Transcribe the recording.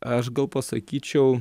aš gal pasakyčiau